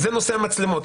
זה נושא המצלמות.